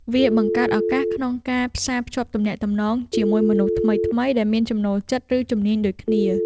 វាបង្កើតឱកាសក្នុងការផ្សារភ្ជាប់ទំនាក់ទំនងជាមួយមនុស្សថ្មីៗដែលមានចំណូលចិត្ត ឬជំនាញដូចគ្នា។